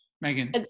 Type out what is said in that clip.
Megan